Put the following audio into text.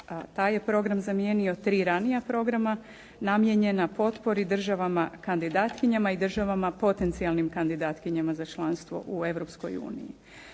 taj je program zamijenio tri ranija programa namijenjena potpori državama kandidatkinjama i državama potencijalnim kandidatkinjama za članstvo u